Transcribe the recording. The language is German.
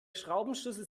schraubenschlüssel